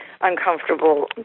uncomfortable